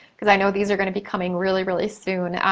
cause i know these are gonna be coming really, really, soon.